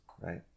right